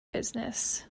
business